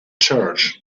church